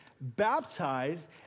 baptized